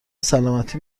سلامتی